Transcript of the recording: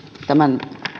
tämän